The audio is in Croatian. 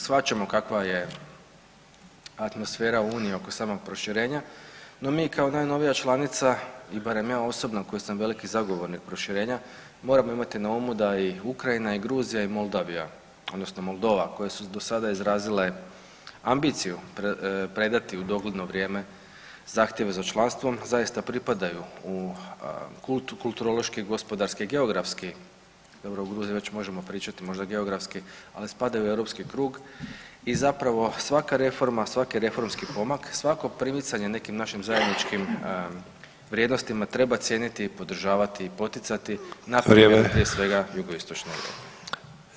Shvaćamo kakva je atmosfera u uniji oko samog proširenja, no mi kao najnovija članica i barem ja osobno koji sam veliki zagovornik proširenja moramo imati na umu da i Ukrajina i Gruzija i Moldavija odnosno Moldova koje su do sada izrazile ambiciju predati u dogledno vrijeme zahtjeve za članstvom zaista pripadaju u kult kulturološke, gospodarske, geografski, dobro o Gruziji već možemo pričati geografski ali spadaju u europski krug i zapravo svaka reforma, svaki reformski pomak, svako primicanje nekim našim zajedničkim vrijednostima treba cijeniti i podržavati i poticati [[Upadica: Vrijeme.]] na primjeru prije svega jugoistočne Europe.